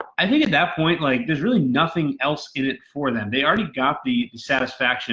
i think at that point like there's really nothing else in it for them. they already got the satisfaction